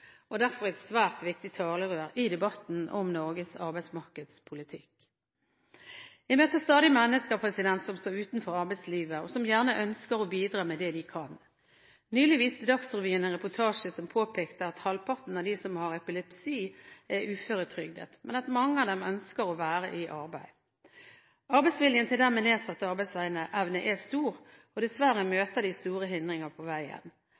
er derfor et svært viktig talerør i debatten om Norges arbeidsmarkedspolitikk. Jeg møter stadig mennesker som står utenfor arbeidslivet, og som gjerne ønsker å bidra med det de kan. Nylig viste Dagsrevyen en reportasje der det ble påpekt at halvparten av dem som har epilepsi, er uføretrygdet, men at mange av dem ønsker å være i arbeid. Arbeidsviljen til dem med nedsatt arbeidsevne er stor, og dessverre møter de store hindringer på